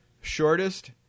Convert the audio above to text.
shortest